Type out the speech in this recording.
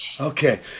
Okay